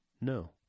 no